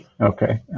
Okay